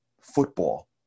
football